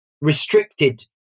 restricted